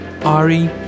Ari